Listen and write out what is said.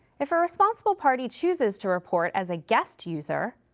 if a responsible party chooses to report as a guest user,